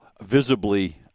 visibly